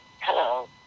hello